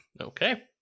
Okay